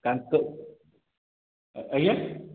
ଆଜ୍ଞା